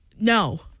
no